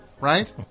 right